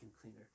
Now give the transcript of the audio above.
cleaner